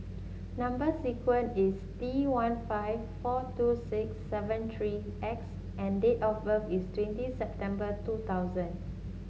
number sequence is T one five four two six seven three X and date of birth is twenty September two thousand